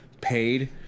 paid